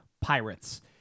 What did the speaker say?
pirates